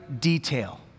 detail